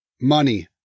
Money